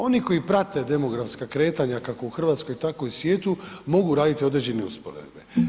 Oni koji prate demografska kretanja kako u RH, tako i u svijetu, mogu raditi određene usporedbe.